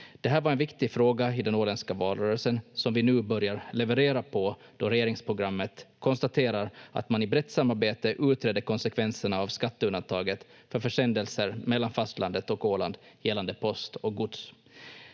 Det här var en viktig fråga i den åländska valrörelsen som vi nu börjar leverera på då regeringsprogrammet konstaterar att man i brett samarbete utreder konsekvenserna av skatteundantaget för försändelser mellan fastlandet och Åland gällande post och gods.